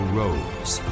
rose